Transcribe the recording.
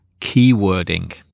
keywording